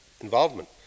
involvement